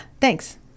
thanks